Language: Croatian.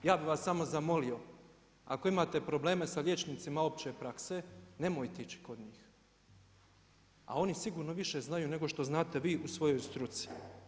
Ja bi vas samo zamolio, ako imate probleme sa liječnicima opće prakse, nemojte ići kod njih, a oni sigurno više znaju nego što znate vi u svojoj struci.